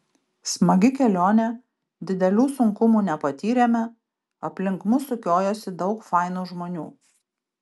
smagi kelionė didelių sunkumų nepatyrėme aplink mus sukiojosi daug fainų žmonių